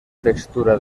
textura